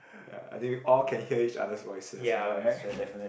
ya I think all can hear each other's voices ya right